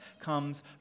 comes